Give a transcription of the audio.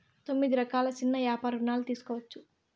తొమ్మిది రకాల సిన్న యాపార రుణాలు తీసుకోవచ్చు